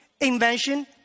invention